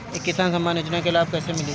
किसान सम्मान योजना के लाभ कैसे मिली?